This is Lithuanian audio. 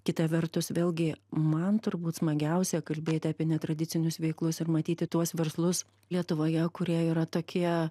kita vertus vėlgi man turbūt smagiausia kalbėti apie netradicinius veiklus ir matyti tuos verslus lietuvoje kurie yra tokie